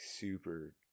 super